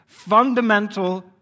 fundamental